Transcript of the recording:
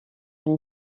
une